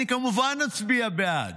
אני, כמובן, אצביע בעד.